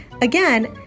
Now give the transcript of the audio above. Again